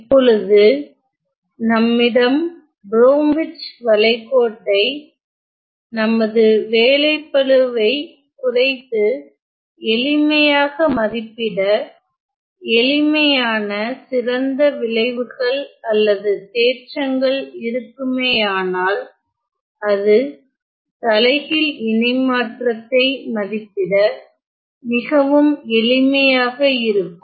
இப்பொழுது நம்மிடம் ப்ரோம்விச் வளைகோட்டை நமது வேலைப் பளுவை குறைத்து எளிமையாக மதிப்பிட எளிமையான சிறந்த விளைவுகள் அல்லது தேற்றங்கள் இருக்குமேயானால் அது தலைகீழ் இணைமாற்றத்தை மதிப்பிட மிகவும் எளிமையாக இருக்கும்